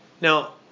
Now